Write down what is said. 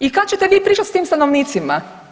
I kad ćete vi pričati sa tim stanovnicima?